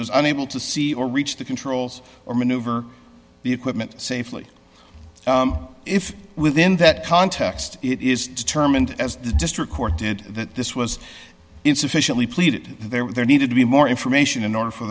was unable to see or reach the controls or maneuver the equipment safely if within that context it is determined as the district court did that this was insufficiently pleaded there needed to be more information in order for